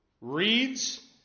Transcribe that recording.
reads